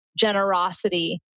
generosity